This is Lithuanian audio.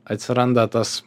atsiranda tas